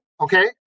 okay